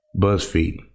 Buzzfeed